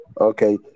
Okay